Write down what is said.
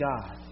God